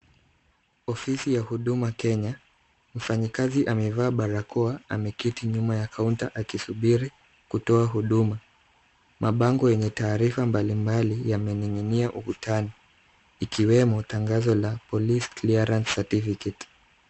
Ofisi ya Huduma Kenya, mfanyikazi amevaa barakoa ameketi nyuma ya kaunta akisubiri kutoa huduma. Mabango yenye taarifa mbalimbali yamening'inia ukutani, ikiwemo tangazo la police clearance certificate .